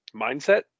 mindset